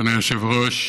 אדוני היושב-ראש,